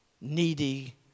needy